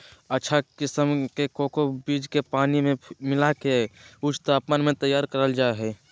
अच्छा किसम के कोको बीज के पानी मे मिला के ऊंच तापमान मे तैयार करल जा हय